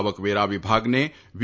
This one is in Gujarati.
આવકવેરા વિભાગને વી